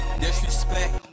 disrespect